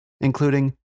including